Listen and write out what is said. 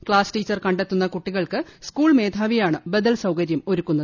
class teacher കണ്ടെത്തുന്ന കുട്ടികൾക്ക് school മേധാവിയാണ് ബദൽ സൌകര്യം ഒരുക്കുന്നത്